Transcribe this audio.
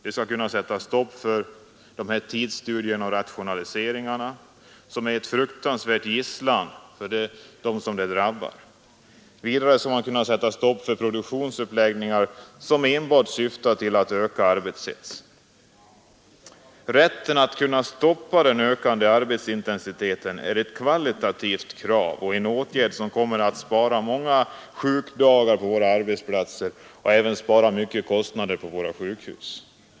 De skall kunna sätta stopp för tidsstudier och rationaliseringar, som är fruktansvärda gissel för dem de drabbar. Vidare skall de kunna sätta stopp för produktionsuppläggningar som enbart syftar till att öka arbetshetsen. Rätten att stoppa den ökande arbetsintensiteten är ett kvalitativt krav och en åtgärd som kommer att minska antalet sjukdagar på våra arbetsplatser och kostnaderna på våra sjukhus.